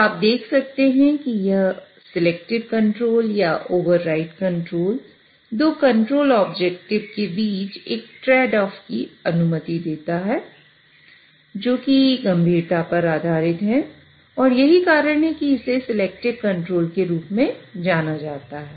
तो आप देख सकते हैं कि यह सिलेक्टिव कंट्रोल या ओवरराइड कंट्रोल के रूप में जाना जाता है